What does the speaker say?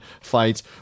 fights